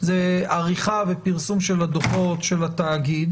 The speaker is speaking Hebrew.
זאת עריכה ופרסום של הדוחות של התאגיד